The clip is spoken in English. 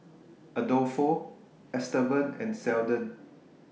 Adolfo Estevan and Seldon